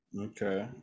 Okay